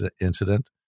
incident